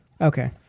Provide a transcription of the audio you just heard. Okay